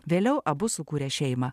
vėliau abu sukūrė šeimą